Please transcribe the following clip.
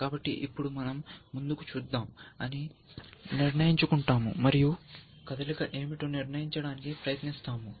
కాబట్టి ఇప్పుడు మనం ముందుకు చూద్దాం అని నిర్ణయించుకుంటాము మరియు కదలిక ఏమిటో నిర్ణయించడానికి ప్రయత్నిస్తాము